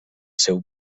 seu